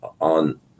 on